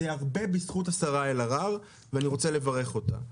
זה הרבה בזכות השרה אלהרר, ואני רוצה לברך אותה.